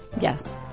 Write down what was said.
Yes